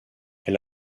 est